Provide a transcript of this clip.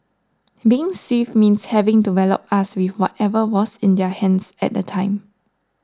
being swift means having to wallop us with whatever was in their hands at the time